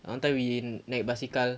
one time we naik basikal